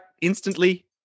instantly